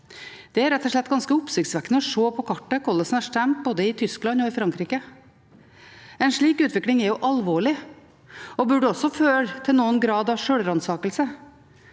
Det er rett og slett ganske oppsiktsvekkende å se på kartet hvordan en har stemt både i Tyskland og i Frankrike. En slik utvikling er jo alvorlig og burde også føre til noen grad av sjølransakelse.